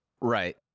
right